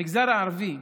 המגזר הערבי,